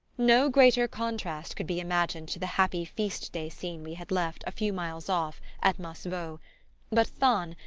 no greater contrast could be imagined to the happy feast-day scene we had left, a few miles off, at massevaux but thann,